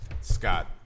Scott